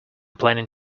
planning